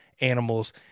animals